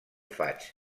faig